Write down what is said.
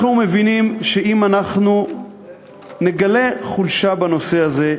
אנחנו מבינים שאם אנחנו נגלה חולשה בנושא הזה,